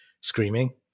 screaming